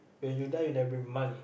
when you die you never bring money